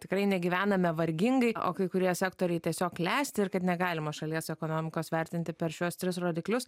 tikrai negyvename vargingai o kai kurie sektoriai tiesiog klesti ir kad negalima šalies ekonomikos vertinti per šiuos tris rodiklius